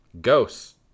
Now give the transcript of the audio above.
ghosts